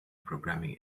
programming